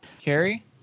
Carrie